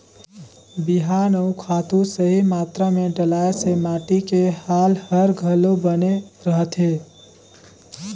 बिहान अउ खातू सही मातरा मे डलाए से माटी के हाल हर घलो बने रहथे